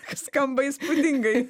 skamba įspūdingai